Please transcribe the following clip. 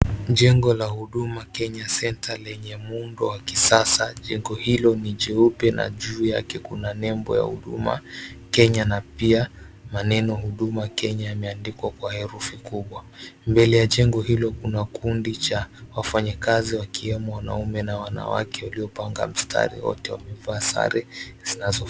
Jengo la huduma Kenya Center lenye muundo wa kisasa, jengo hilo ni jeupe na juu yake kuna nembo ya huduma Kenya na pia maneno huduma Kenya imeandikwa kwa herufi kubwa mbele ya jengo hilo, kuna kundi cha wafanyikazi wakiwemo wanaume na wanawake walio panga mstari wote wamevaa sare zinazofanana.